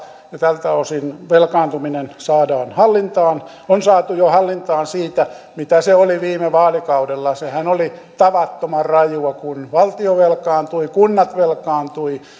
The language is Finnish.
tältä osin velkaantuminen saadaan hallintaan ja on jo saatu hallintaan siitä mitä se oli viime vaalikaudella sehän oli tavattoman rajua kun valtio velkaantui kunnat velkaantuivat ja